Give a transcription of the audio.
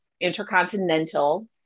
intercontinental